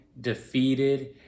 defeated